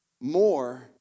more